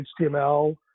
HTML